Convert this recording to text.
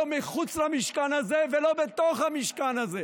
לא מחוץ למשכן הזה ולא בתוך המשכן הזה,